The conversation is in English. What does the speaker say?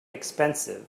expensive